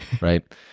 Right